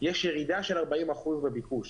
יש ירידה של 40 אחוזים בביקוש.